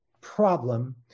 problem